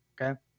Okay